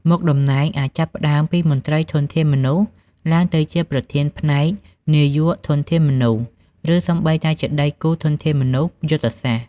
មុខតំណែងអាចចាប់ផ្តើមពីមន្ត្រីធនធានមនុស្ស ឡើងទៅជាប្រធានផ្នែក នាយកធនធានមនុស្ស ឬសូម្បីតែជាដៃគូធនធានមនុស្សយុទ្ធសាស្ត្រ។